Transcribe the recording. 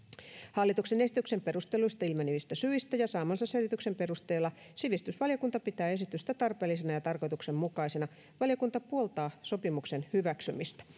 hallituksen esityksen perusteluista ilmenevistä syistä ja saamansa selvityksen perusteella sivistysvaliokunta pitää esitystä tarpeellisena ja tarkoituksenmukaisena valiokunta puoltaa sopimuksen hyväksymistä